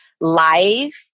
life